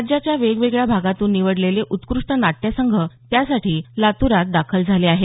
राज्याच्या वेगवेगळ्या भागांतून निवडलेले उत्कृष्ट नाट्यसंघ त्यासाठी लातुरात दाखल झाले आहेत